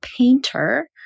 painter